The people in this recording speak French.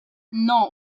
non